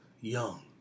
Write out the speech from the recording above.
young